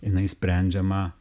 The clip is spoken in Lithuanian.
jinai sprendžiama